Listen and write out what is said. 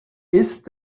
ist